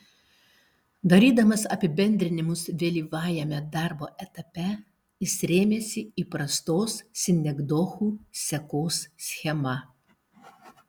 darydamas apibendrinimus vėlyvajame darbo etape jis rėmėsi įprastos sinekdochų sekos schema